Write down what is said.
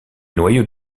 noyau